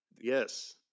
yes